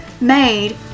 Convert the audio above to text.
made